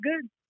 good